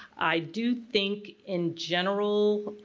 i do think in general